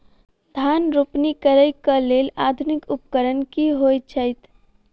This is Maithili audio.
धान रोपनी करै कऽ लेल आधुनिक उपकरण की होइ छथि?